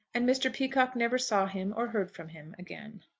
and mr. peacocke never saw him or heard from him again.